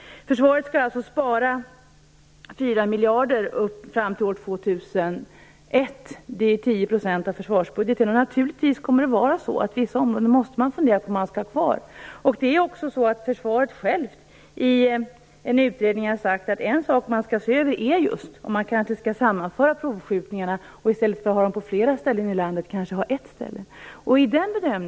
Försvaret skall alltså spara 4 miljarder fram till år 2001. Det är 10 % av försvarsbudgeten. Naturligtvis måste man fundera över om vissa områden skall finnas kvar. Försvaret har också i en utredning sagt att en sak som skall ses över är just om provskjutningarna kanske kan sammanföras. I stället för att de sker på flera platser i landet kan de kanske genomföras på en plats.